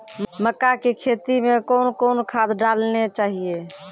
मक्का के खेती मे कौन कौन खाद डालने चाहिए?